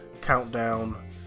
countdown